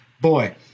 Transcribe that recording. Boy